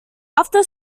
after